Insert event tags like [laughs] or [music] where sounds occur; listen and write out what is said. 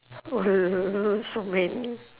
[laughs] so many